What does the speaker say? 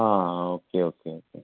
ആ okay okay okay